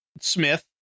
Smith